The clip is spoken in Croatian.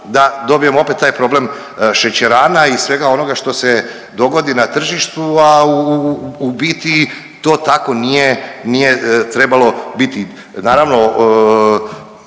da dobijemo opet taj problem šećerana i svega onoga što se dogodi na tržištu, a u biti to tako nije trebalo biti. Naravno